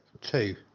two